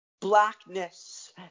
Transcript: Blackness